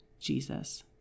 Jesus